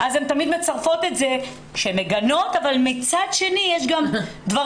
הן תמיד מצרפות את זה ואומרות שהן מגנות אבל מצד שני יש גם דברים